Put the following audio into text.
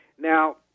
Now